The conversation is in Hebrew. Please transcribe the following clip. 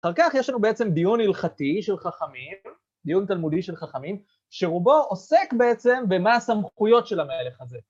אחר כך יש לנו בעצם דיון הלכתי של חכמים, דיון תלמודי של חכמים, שרובו עוסק בעצם במה הסמכויות של המלך הזה.